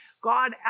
God